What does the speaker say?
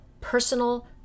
personal